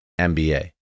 MBA